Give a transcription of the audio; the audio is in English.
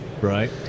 Right